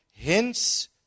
Hence